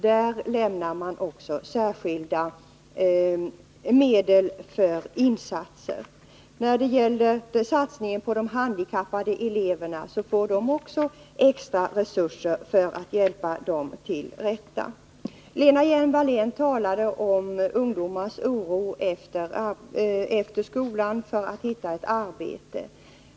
Kommunerna får också extra resurser för att hjälpa de handikappade eleverna till rätta. Lena Hjelm-Wallén talade om ungdomars oro för att de efter skolan inte skall hitta ett arbete.